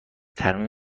ترمیم